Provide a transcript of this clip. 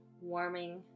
warming